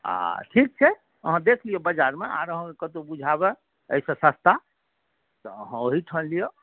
आओर ठीक छै अहाँ देख लिऔ बजारमे आओर अहाँके कतहु बुझाबै एहिसँ सस्ता तऽ अहाँ ओहिठाम लिअ